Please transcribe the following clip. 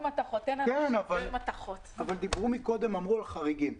אבל דיברו על חריגים.